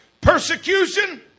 persecution